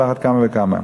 על אחת כמה וכמה.